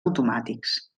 automàtics